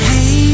Hey